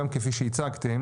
גם כפי שהצגתם,